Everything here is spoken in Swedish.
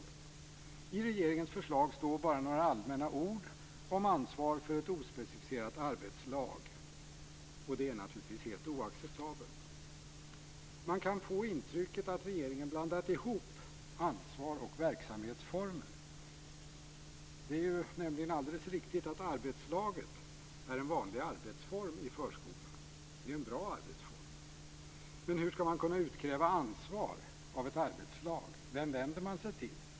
I regeringens förslag finns bara några allmänna ord om ansvar för ett ospecificerat arbetslag, och det är naturligtvis helt oacceptabelt. Man kan få intrycket att regeringen blandat ihop ansvar och verksamhetsformer. Det är alldeles riktigt att arbetslaget är en vanlig arbetsform i förskolan. Det är en bra arbetsform. Men hur skall man kunna utkräva ansvar av ett arbetslag? Vem vänder man sig till?